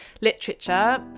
literature